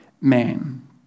man